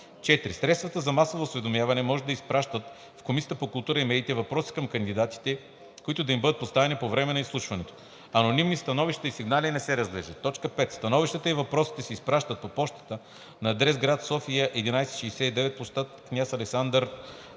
4. Средствата за масово осведомяване може да изпращат в Комисията по културата и медиите въпроси към кандидатите, които да им бъдат поставени по време на изслушването. Анонимни становища и сигнали не се разглеждат. 5. Становищата и въпросите се изпращат по пощата на адрес: гр. София – 1169, пл. „Княз Александър I“